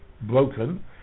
broken